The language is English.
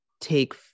take